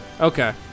Okay